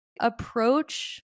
Approach